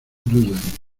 dudan